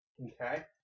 Okay